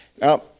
Now